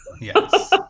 Yes